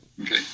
Okay